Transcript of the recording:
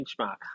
Benchmark